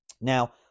Now